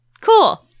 Cool